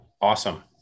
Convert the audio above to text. Awesome